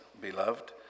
beloved